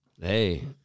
Hey